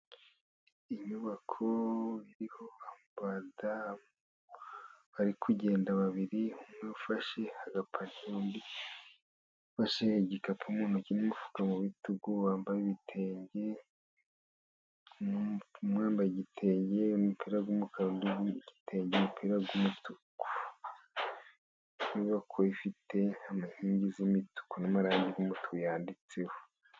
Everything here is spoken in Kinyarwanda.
Inyubako iriho abadamu, bari kugenda babiri. Umwe afashe agatebo, undi ufashe igikapu mu ntoki n'umufuka mu be bitugu. Umwe yambaye ibitengeba n'umupira w'umukara , undi yambaye igitenge n'umupira w' umutuku. Inyubako ifite inkingi z'imituku n'amarangi y'unutuku yanditseho.